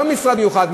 וזה לא משרד מיוחד,